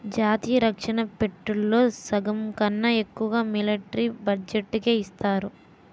జాతీయ రక్షణ బడ్జెట్లో సగంకన్నా ఎక్కువ మిలట్రీ బడ్జెట్టుకే ఇస్తారు